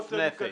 בחירוף נפש.